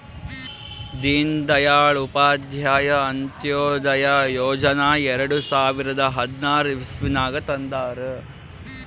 ದೀನ್ ದಯಾಳ್ ಉಪಾಧ್ಯಾಯ ಅಂತ್ಯೋದಯ ಯೋಜನಾ ಎರಡು ಸಾವಿರದ ಹದ್ನಾರ್ ಇಸ್ವಿನಾಗ್ ತಂದಾರ್